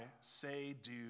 say-do